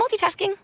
multitasking